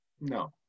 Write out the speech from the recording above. No